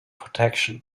protection